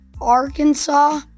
Arkansas